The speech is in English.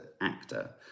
actor